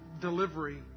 delivery